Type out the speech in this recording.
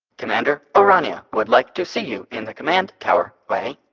commander o'rania would like to see you in the command tower, wei.